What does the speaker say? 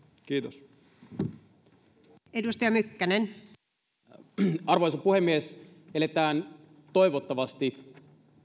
kiitos arvoisa puhemies eletään toivottavasti